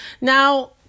now